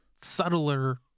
subtler